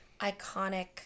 iconic